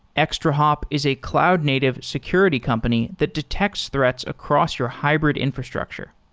extrahop is a cloud-native security company that detects threats across your hybrid infrastructure.